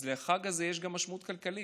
אז לחג הזה יש גם משמעות כלכלית,